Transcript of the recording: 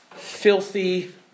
Filthy